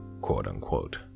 quote-unquote